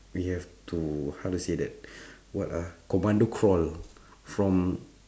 we have to how to say that what ah commando crawl from